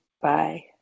Bye